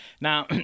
Now